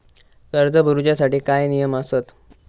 कर्ज भरूच्या साठी काय नियम आसत?